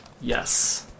Yes